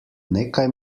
nekaj